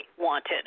wanted